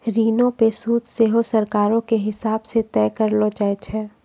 ऋणो पे सूद सेहो सरकारो के हिसाब से तय करलो जाय छै